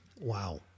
Wow